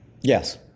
Yes